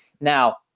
Now